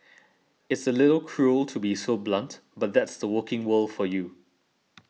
it's a little cruel to be so blunt but that's the working world for you